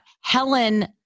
helen